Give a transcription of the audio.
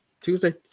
Tuesday